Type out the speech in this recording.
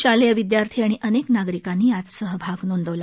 शालेय विद्यार्थी आणि अनेक नागरिकांनी यात सहभाग नोंदवला